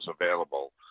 available